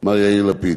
מר יאיר לפיד.